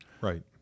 right